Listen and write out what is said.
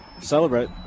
celebrate